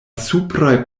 supraj